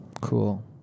Cool